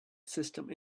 system